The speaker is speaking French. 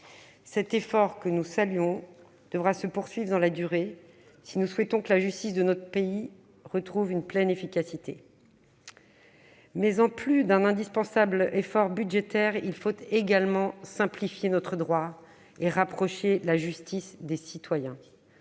Cet effort, que nous saluons, devra se poursuivre dans la durée pour que la justice de notre pays retrouve une pleine efficacité. En plus d'un indispensable effort budgétaire, il faut également simplifier notre droit et rapprocher la justice des citoyens.